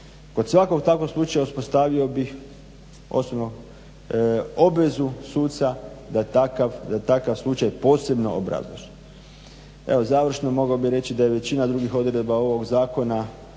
Kod svakog takvog slučaja uspostavio bih osobno obvezu suca da takav slučaj posebno obrazloži. Evo završno mogao bih reći da je većina drugih odredbi ovog zakona